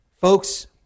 Folks